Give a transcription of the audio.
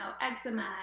eczema